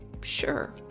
Sure